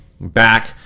back